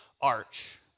arch